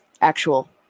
actual